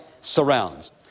surrounds